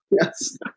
Yes